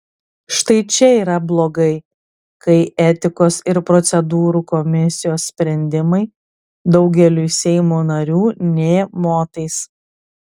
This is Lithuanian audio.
štai čia yra blogai kai etikos ir procedūrų komisijos sprendimai daugeliui seimo narių nė motais